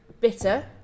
bitter